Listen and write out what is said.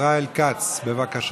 ישראל כץ, בבקשה.